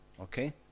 Okay